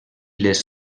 les